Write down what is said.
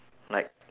like